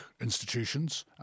institutions